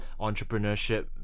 entrepreneurship